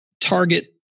target